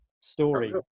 story